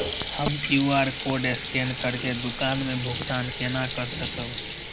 हम QR code scan करके दुकान में भुगतान केना कर सकब?